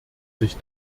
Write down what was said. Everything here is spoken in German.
sich